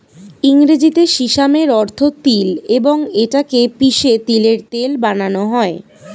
ইংরেজিতে সিসামের অর্থ তিল এবং এটা কে পিষে তিলের তেল বানানো হয়